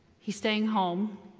he's staying home,